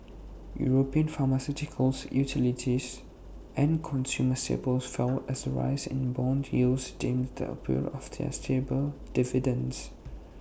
european pharmaceuticals utilities and consumer staples fell as the rise in Bond yields dimmed the appeal of their stable dividends